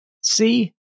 See